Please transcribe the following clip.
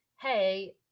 hey